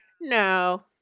No